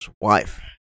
wife